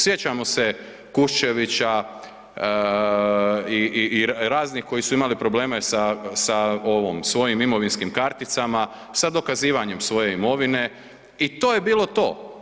Sjećamo se Kuščevića i raznih koji su imali probleme sa ovom, svojim imovinskim karticama, sa dokazivanjem svoje imovine i to je bilo to.